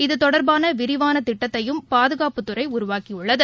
இது தொடர்பாளவிரிவானதிட்டத்தையும் பாதுகாப்புத்துறைஉருவாக்கியுள்ளது